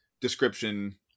description